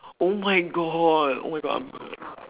oh my god oh my god I'm